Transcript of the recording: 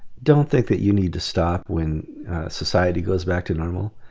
don't think that you need to stop when society goes back to normal.